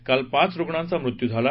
काल पाच रुग्णांचा मृत्यू झाला